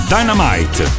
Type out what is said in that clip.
Dynamite